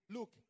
Look